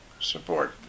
support